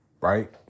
right